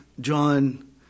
John